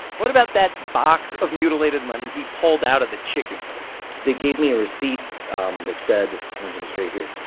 what about that box of mutilated money he pulled out of the chicken coop? they gave me a receipt um that said it's right here